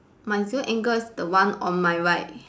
my zero angle is the one on my right